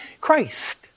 Christ